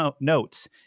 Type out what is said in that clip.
notes